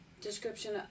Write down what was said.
description